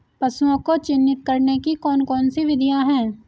पशुओं को चिन्हित करने की कौन कौन सी विधियां हैं?